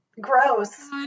gross